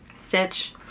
Stitch